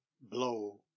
blow